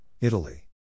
Italy